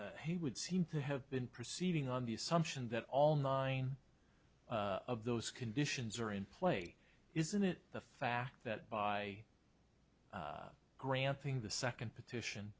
ms he would seem to have been proceeding on the assumption that all nine of those conditions are in play isn't it the fact that by granting the second petition